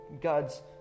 God's